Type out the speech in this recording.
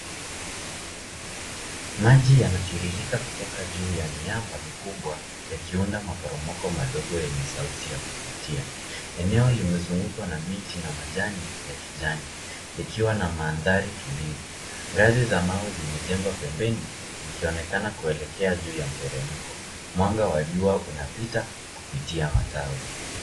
Maji yanatiririka kutoka juu ya miamba mikubwa yakiunda maporomoko madogo yenye sauti ya kuvutia. eneo limezungukwa na miti na majani ya kijani likiwa na mandhari tulivu. Ngazi za mawe zimejengwa pembeni zikionekana kuelea juu ya mteremko. Mwanga wa jua unapita kupitia matawi.